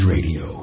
Radio